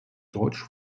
deutsch